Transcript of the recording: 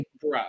bro